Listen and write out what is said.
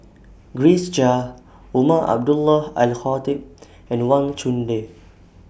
Grace Chia Umar Abdullah Al Khatib and Wang Chunde